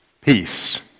peace